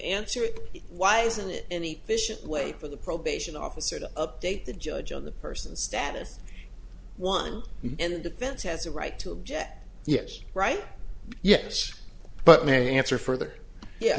answer it why isn't it any fish and wait for the probation officer to update the judge on the person status one and defense has a right to object yes right yes but may answer further